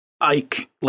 Ike